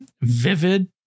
vivid